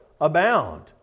abound